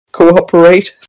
cooperate